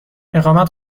اقامت